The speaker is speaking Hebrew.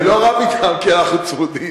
אני לא רב אתם, כי אנחנו צמודים.